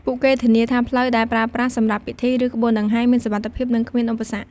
ពួកគេធានាថាផ្លូវដែលប្រើប្រាស់សម្រាប់ពិធី ឬក្បួនដង្ហែមានសុវត្ថិភាព និងគ្មានឧបសគ្គ។